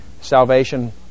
salvation